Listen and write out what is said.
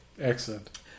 Excellent